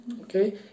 Okay